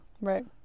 Right